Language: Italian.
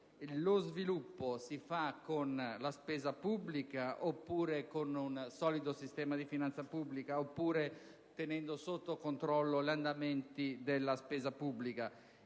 lo sviluppo si ottiene con la spesa pubblica, oppure con un solido sistema di finanza pubblica e tenendo sotto controllo gli andamenti della spesa pubblica?